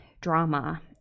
drama